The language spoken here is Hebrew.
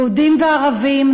יהודים וערבים,